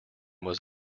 was